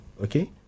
okay